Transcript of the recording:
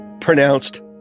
pronounced